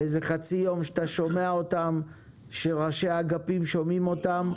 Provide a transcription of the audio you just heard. איזה חצי יום שאתה שומע אותן שראשי האגפים שומעים אותן.